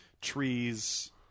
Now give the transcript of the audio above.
Trees